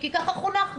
כי ככה חונכנו,